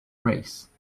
race